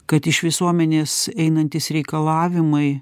kad iš visuomenės einantys reikalavimai